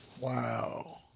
Wow